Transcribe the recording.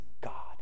God